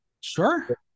Sure